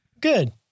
good